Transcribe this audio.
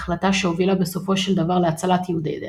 החלטה שהובילה בסופו של דבר להצלת יהודי דנמרק.